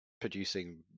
producing